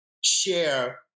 share